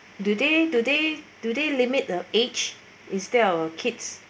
do they do they do they limit the age instead of kids